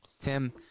Tim